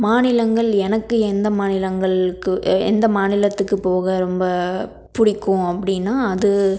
மாநிலங்கள் எனக்கு எந்த மாநிலங்களுக்கு எ எந்த மாநிலத்துக்கு போக ரொம்ப பிடிக்கும் அப்படின்னா அது